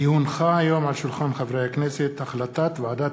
כי הונחה היום על שולחן הכנסת החלטת ועדת